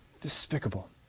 Despicable